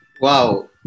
Wow